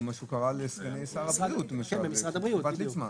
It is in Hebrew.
זה מה שקרה לסגני שר הבריאות עם הרב ליצמן,